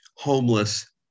homeless